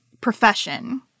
profession